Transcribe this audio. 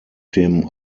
dem